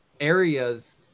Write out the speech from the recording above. areas